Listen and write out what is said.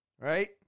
Right